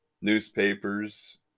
newspapers